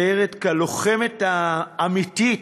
מצטיירת כלוחמת האמיתית.